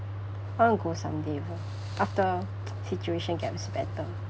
I wanna go someday after situation gets better